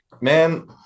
man